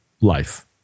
life